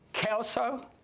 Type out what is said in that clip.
Kelso